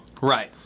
Right